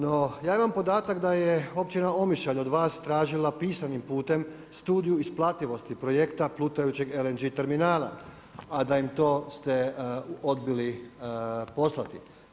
No, ja imam podatak da je općina Omišalj od vas tražila pisanim putem studiju isplativosti projekta plutajućeg LNG terminala, a da im to ste odbili poslati.